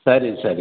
ಸರಿ ಸರಿ